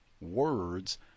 words